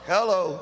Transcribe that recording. Hello